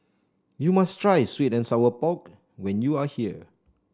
you must try sweet and Sour Pork when you are here